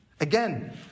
Again